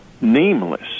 nameless